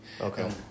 Okay